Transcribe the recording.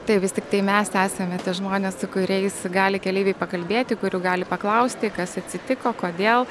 tai vis tiktai mes esame tie žmonės su kuriais gali keleiviai pakalbėti kurių gali paklausti kas atsitiko kodėl